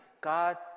god